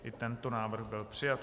I tento návrh byl přijat.